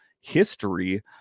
history